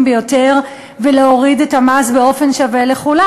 ביותר ולהוריד את המס באופן שווה לכולם?